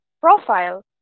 profile